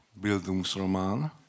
Bildungsroman